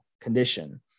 condition